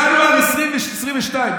ינואר 2022,